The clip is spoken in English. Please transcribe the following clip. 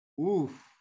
oof